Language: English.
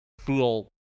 feel